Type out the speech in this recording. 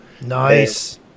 Nice